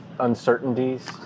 Uncertainties